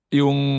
yung